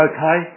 Okay